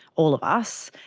all of us,